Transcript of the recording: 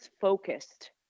focused